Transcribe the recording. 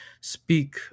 speak